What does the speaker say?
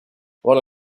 while